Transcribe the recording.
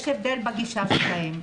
יש הבדל בגישה ביניהם.